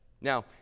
now